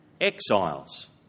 exiles